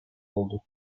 oldu